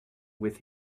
with